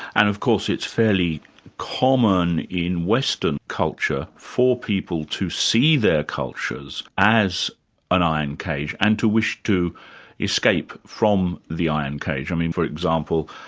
and of course it's fairly common in western culture for people to see their cultures as an iron cage, and to wish to escape from the iron cage. i mean for example,